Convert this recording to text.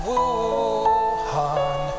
Wuhan